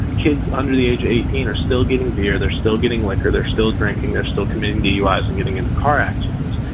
kids under the age eighteen are still getting beer. they're still getting liquor. they're still drinking. they're still committing duis and getting into car accidents.